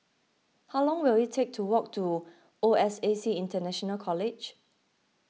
how long will it take to walk to O S A C International College